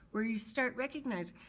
where you start recognizing.